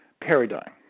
paradigm